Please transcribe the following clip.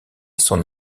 son